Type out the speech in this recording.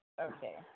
Okay